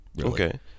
okay